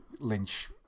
Lynch